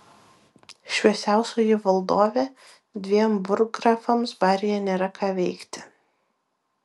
šviesiausioji valdove dviem burggrafams baryje nėra ką veikti